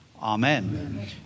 Amen